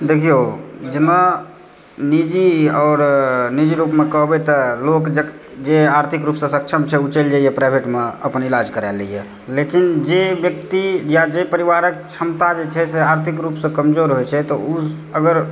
देखियौ जेना निजी और निजी रूपमे कहबै तऽ लोक जे आर्थिक रूपसँ सक्षम छै ओ चलि जाइए प्राइवेटमे अपन इलाज कराए लै यऽ लेकिन जे व्यक्ति या जाहि परिवारक क्षमता जे छै से आर्थिक रूपसँ कमजोर होइत छै तऽ ओ अगर